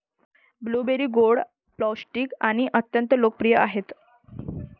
blueberry गोड, पौष्टिक आणि अत्यंत लोकप्रिय आहेत